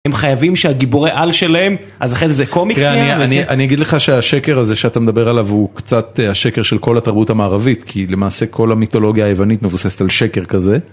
הם חייבים שהגיבור העל שלהם אז אחרי זה קומיקס נהיה? אני אגיד לך שהשקר הזה שאתה מדבר עליו הוא קצת השקר של כל התרבות המערבית, כי למעשה כל המיתולוגיה היוונית מבוססת על שקר כזה.